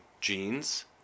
jeans